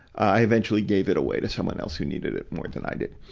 i eventually gave it away to someone else who needed it more than i did.